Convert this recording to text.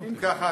אם כך,